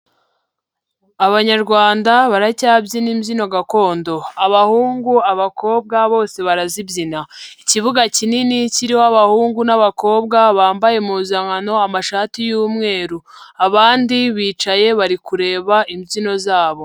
Abanyarwanda baracyabyina imbyino gakondo. Abahungu, abakobwa bose barazibyina. Ikibuga kinini kirimo abahungu n'abakobwa bambaye impuzankano amashati y'umweru. Abandi bicaye bari kureba imbyino zabo.